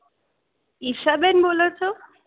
ઈશાબેન બોલો છો